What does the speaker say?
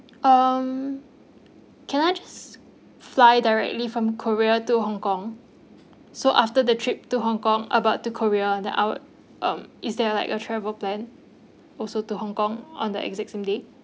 um can I just fly directly from korea to hong kong so after the trip to hong kong about to korea that our um is there like a travel plan also to hong kong on the exact same date